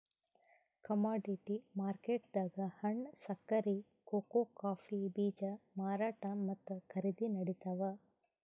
commodity ಮಾರ್ಕೆಟ್ದಾಗ್ ಹಣ್ಣ್, ಸಕ್ಕರಿ, ಕೋಕೋ ಕಾಫೀ ಬೀಜ ಮಾರಾಟ್ ಮತ್ತ್ ಖರೀದಿ ನಡಿತಾವ್